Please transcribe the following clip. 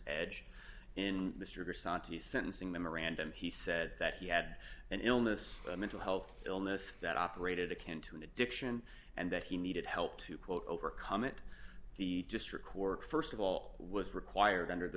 edge in mr sati sentencing memorandum he said that he had an illness a mental health illness that operated akin to an addiction and that he needed help to quote overcome it the district court st of all was required under th